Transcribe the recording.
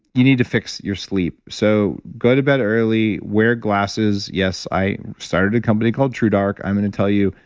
you need to fix your sleep. so go to bed early, wear glasses. yes, i started a company called truedark. i'm going to and tell you,